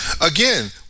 Again